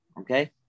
okay